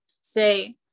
say